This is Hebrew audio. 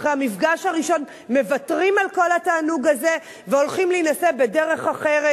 אחרי המפגש הראשון מוותרים על כל התענוג הזה והולכים להינשא בדרך אחרת,